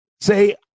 say